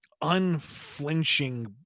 unflinching